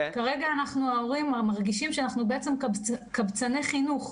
כרגע אנחנו ההורים מרגישים שאנחנו בעצם קבצני חינוך.